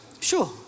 Sure